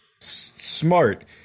Smart